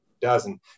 dozen